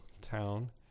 town